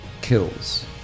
kills